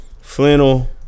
Flannel